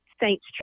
Saints